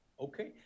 Okay